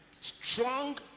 strong